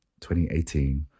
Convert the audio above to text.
2018